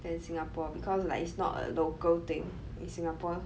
than Singapore because like it's not a local thing in Singapore